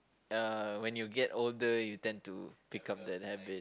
uh when you get older you tend to become the habit